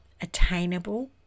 attainable